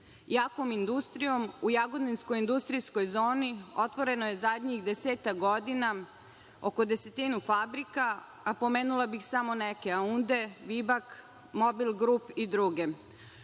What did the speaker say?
jakom industrijom. U jagodinsko-industrijskoj zoni otvoreno je zadnjih desetak godina oko desetinu fabrika, a pomenula bih samo neke „Aunde“, „Vibak“, „Mobil grup“ i druge.